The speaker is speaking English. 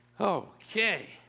Okay